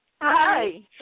Hi